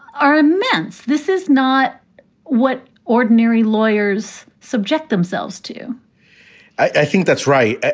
amen. this is not what ordinary lawyers subject themselves to i think that's right.